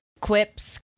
quips